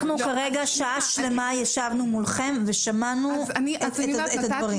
אנחנו כרגע שעה שלמה ישבנו מולכם ושמענו את הדברים.